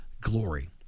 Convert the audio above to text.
glory